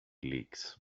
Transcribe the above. leaks